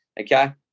Okay